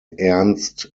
ernst